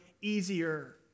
easier